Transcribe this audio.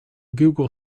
google